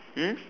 mm